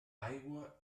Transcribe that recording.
aigua